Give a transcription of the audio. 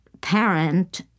parent